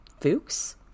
Fuchs